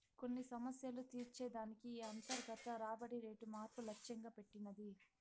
కొన్ని సమస్యలు తీర్చే దానికి ఈ అంతర్గత రాబడి రేటు మార్పు లచ్చెంగా పెట్టినది